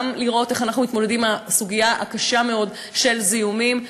גם לראות איך אנחנו מתמודדים עם הסוגיה הקשה מאוד של זיהומים,